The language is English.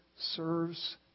serves